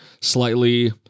slightly